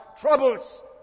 troubles